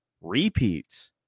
repeat